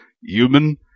human